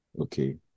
Okay